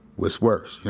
was worse. yeah